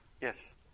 Yes